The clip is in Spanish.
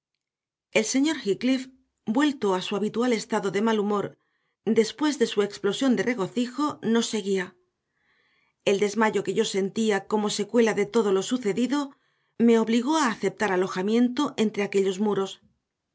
el señor heathcliff vuelto a su habitual estado de mal humor después de su explosión de regocijo nos seguía el desmayo que yo sentía como secuela de todo lo sucedido me obligó a aceptar alojamiento entre aquellos muros